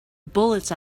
bullets